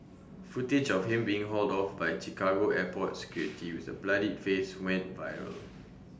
footage of him being hauled off by Chicago airport security with A bloodied face went viral